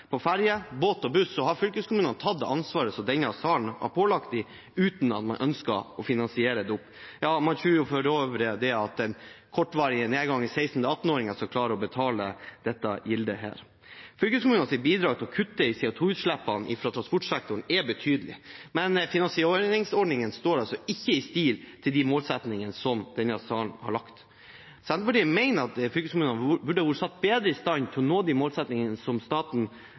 på ferje, båt og buss, har fylkeskommunene tatt det ansvaret som denne salen har pålagt dem, uten at man har ønsket å finansiere det opp. Man tror for øvrig at den kortvarige nedgangen i 16–18-åringer skal klare å betale for dette gildet. Fylkeskommunenes bidrag til å kutte i CO2-utslippene i transportsektoren er betydelig, men finansieringsordningen står ikke i stil med de målene som denne salen har satt. Senterpartiet mener at fylkeskommunene burde ha vært satt bedre i stand til å nå de målene som staten